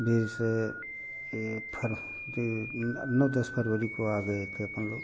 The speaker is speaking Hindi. बीस से फिर नौ दस फरवरी को आ गए थे अपन लोग